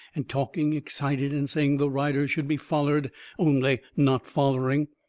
and talking excited, and saying the riders should be follered only not follering.